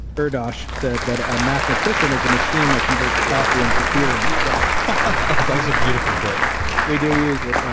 erdos, said that a mathematician is a machine that converts coffee into theorems so ah but that's a beautiful quote we do use it.